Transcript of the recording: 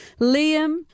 Liam